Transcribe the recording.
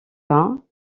pas